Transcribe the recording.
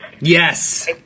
Yes